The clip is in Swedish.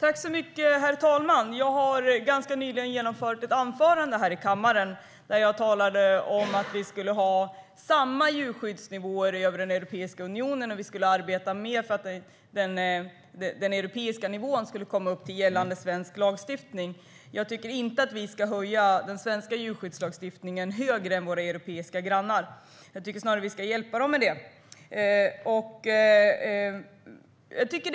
Herr talman! Jag har ganska nyligen hållit ett anförande här i kammaren. Jag talade om att vi ska ha samma djurskyddsnivåer inom Europeiska unionen och att vi ska arbeta mer för att den europeiska nivån ska nå upp till gällande svensk lag. Jag tycker inte att kraven i den svenska djurskyddslagstiftningen ska höjas så att de blir högre än våra europeiska grannars. Vi ska snarare hjälpa dem att höja kraven i sina lagstiftningar.